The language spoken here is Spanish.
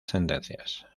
sentencias